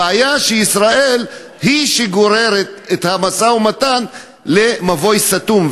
הבעיה היא שישראל היא שגוררת את המשא-ומתן למבוי סתום,